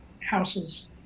houses